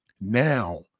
now